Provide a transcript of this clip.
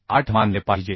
8 मानले पाहिजे